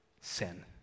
sin